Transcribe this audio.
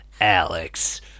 Alex